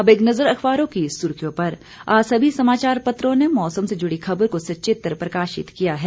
अब एक नजर अखबारों की सुर्खियों पर आज सभी समाचापत्रों ने मौसम से जुड़ी खबर को सचित्र प्रकाशित किया है